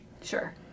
Sure